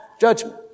judgment